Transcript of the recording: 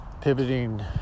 pivoting